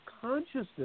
consciousness